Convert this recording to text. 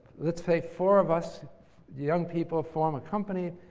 let's say four of us young people form a company.